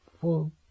full